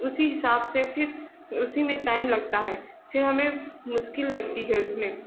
उसी हिसाब से फिर उसी में टाइम लगता है फिर हमें मुश्किल लगती है उसमें